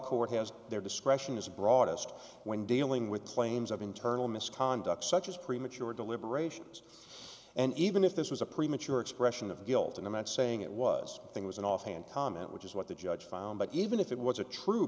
court has their discretion is broadest when dealing with claims of internal misconduct such as premature deliberations and even if this was a premature expression of guilt and a man saying it was a thing was an offhand comment which is what the judge found but even if it was a true